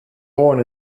born